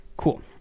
Cool